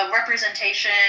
representation